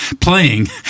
playing